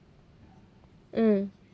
mm